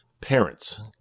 parents